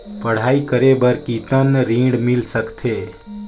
पढ़ाई करे बार कितन ऋण मिल सकथे?